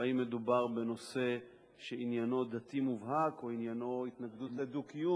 האם מדובר בנושא שעניינו דתי מובהק או עניינו התנגדות לדו-קיום.